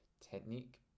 technique